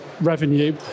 revenue